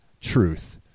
truth